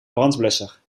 brandblusser